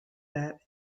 that